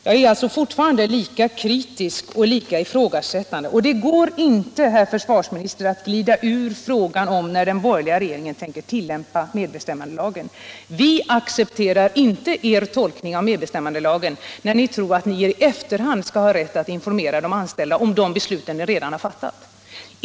Jag är fortfarande lika kritisk och lika ifrågasättande. Det går inte, herr försvarsminister, att glida undan frågan om när den borgerliga regeringen tänker tillämpa medbestämmandelagen. Vi accepterar inte er tolkning av medbestämmandelagen när ni tror att ni skall ha rätt att i efterhand informera de anställda om de beslut som ni redan har fattat.